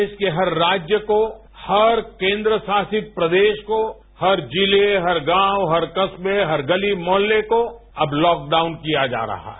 देश के हर राज्य को हर केन्द्र सासित प्रदेश को हर जिले हर गांव हर गली हर मुहल्ले को वर लॉकडाउन किया जा रहा है